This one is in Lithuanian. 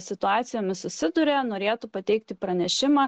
situacijomis susiduria norėtų pateikti pranešimą